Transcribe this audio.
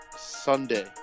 Sunday